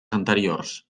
anteriors